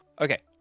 Okay